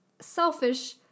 selfish